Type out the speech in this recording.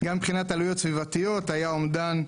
גם מבחינת עלויות סביבתיות היה אומדן,